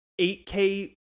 8K